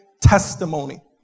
testimony